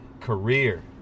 career